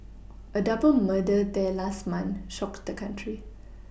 a double murder there last month shocked the country